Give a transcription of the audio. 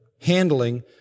handling